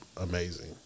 amazing